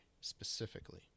specifically